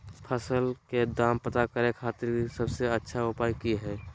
फसल के दाम पता करे खातिर सबसे अच्छा उपाय की हय?